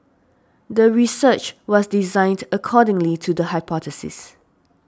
the research was designed accordingly to the hypothesis